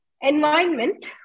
environment